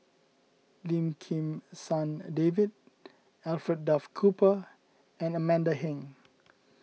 Lim Kim San David Alfred Duff Cooper and Amanda Heng